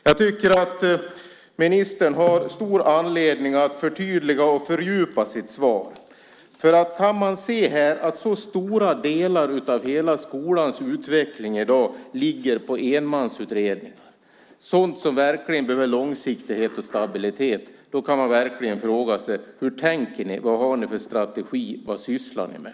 Jag tycker att ministern har stor anledning att förtydliga och fördjupa sitt svar. När man ser att så stora delar av hela skolans utveckling i dag ligger på enmansutredningar, sådant som verkligen behöver långsiktighet och stabilitet, kan man fråga sig: Hur tänker ni? Vad har ni för strategi? Vad sysslar ni med?